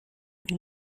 این